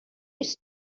ist